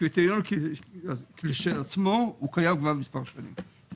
הקריטריון כשלעצמו קיים כבר מספר שנים.